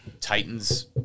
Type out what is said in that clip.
Titans